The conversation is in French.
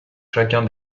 chacun